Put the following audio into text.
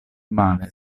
male